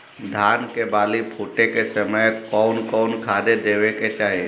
धान के बाली फुटे के समय कउन कउन खाद देवे के चाही?